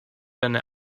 eine